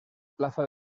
plaza